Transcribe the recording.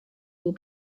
will